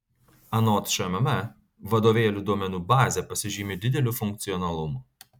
anot šmm vadovėlių duomenų bazė pasižymi dideliu funkcionalumu